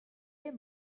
est